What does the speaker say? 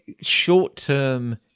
short-term